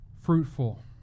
fruitful